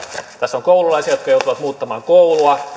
tässä on koululaisia jotka joutuvat vaihtamaan koulua